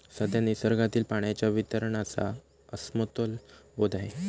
सध्या निसर्गातील पाण्याच्या वितरणाचा असमतोल होत आहे